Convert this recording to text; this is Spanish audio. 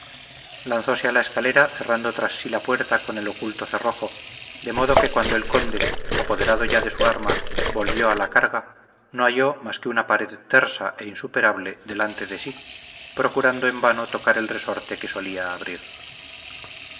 lanzóse a la escalera cerrando tras sí la puerta con el oculto cerrojo de modo que cuando el conde apoderado ya de su arma volvió a la carga no halló más que una pared tersa e insuperable delante de sí procurando en vano tocar el resorte que solía abrir